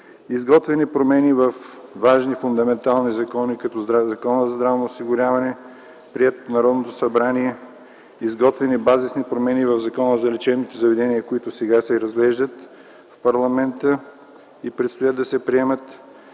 изготвяне на промени във важни фундаментални закони, като Закона за здравното осигуряване, приет от Народното събрание, изготвяне на базисни промени в Закона за лечебните заведения, които сега се разглеждат в парламента и предстоят да се приемат.